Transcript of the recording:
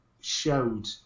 showed